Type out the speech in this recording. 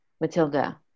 matilda